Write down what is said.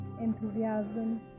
enthusiasm